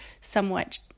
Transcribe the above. somewhat